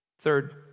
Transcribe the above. Third